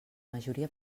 majoria